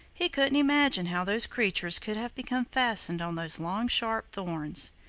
he couldn't imagine how those creatures could have become fastened on those long sharp thorns.